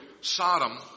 Sodom